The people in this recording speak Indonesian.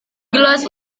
gelas